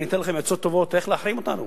אני אתן לכם עצות טובות איך להחרים אותנו.